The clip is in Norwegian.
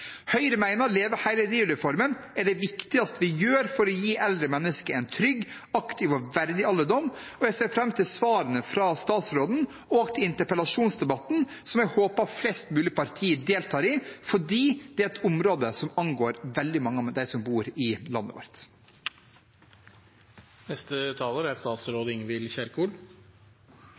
Høyre mener at Leve hele livet-reformen er det viktigste vi gjør for å gi eldre mennesker en trygg, aktiv og verdig alderdom. Jeg ser fram til svarene fra statsråden og til interpellasjonsdebatten, som jeg håper flest mulig partier deltar i, for dette er et område som angår veldig mange av dem som bor i landet vårt.